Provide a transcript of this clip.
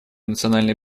национальной